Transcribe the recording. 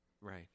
Right